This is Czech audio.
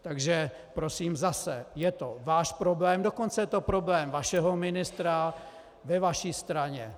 Takže prosím, zase je to váš problém, dokonce je to problém vašeho ministra, ve vaší straně.